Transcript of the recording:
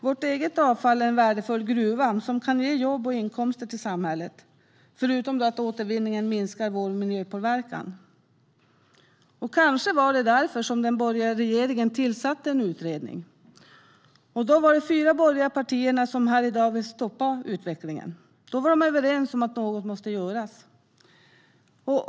Vårt eget avfall är en värdefull gruva som kan ge jobb och inkomster till samhället, förutom att återvinningen minskar vår miljöpåverkan. Kanske var det därför som den borgerliga regeringen tillsatte en utredning. Då var de fyra borgerliga partierna, som här i dag vill stoppa utvecklingen, överens om att något måste göras.